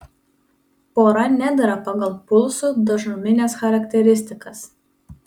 pora nedera pagal pulsų dažnumines charakteristikas